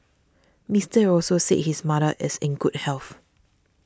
Mister Also said his mother is in good health